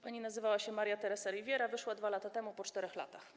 Pani nazywa się Maria Teresa Rivera, wyszła 2 lata temu, po 4 latach.